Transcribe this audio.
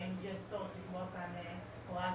האם יש צורך לקבוע כאן הוראה?